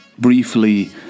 briefly